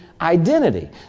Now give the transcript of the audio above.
identity